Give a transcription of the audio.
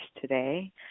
today